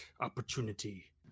opportunity